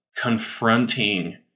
confronting